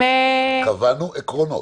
כולנו דיברנו על העובדה,